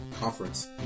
conference